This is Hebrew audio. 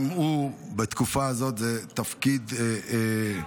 גם הוא, בתקופה הזאת זה תפקיד חשוב.